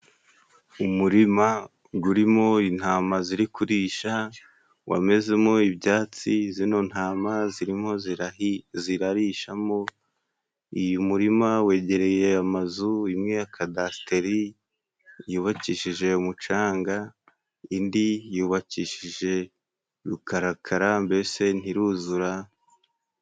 Umurima gurimo intama ziri kurisha wamezemo ibyatsi, zino ntama zirimo zirarishamo, uyu muririma wegereye amazu imwe ya kaadasiteri yubakishije umucanga, indi yubakishije rukarakara, mbese nti ruzura.